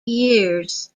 years